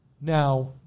now